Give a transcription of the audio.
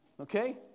Okay